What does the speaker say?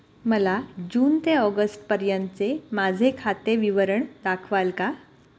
मला जून ते ऑगस्टपर्यंतचे माझे खाते विवरण दाखवाल का?